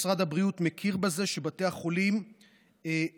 משרד הבריאות מכיר בזה שבתי החולים הממשלתיים,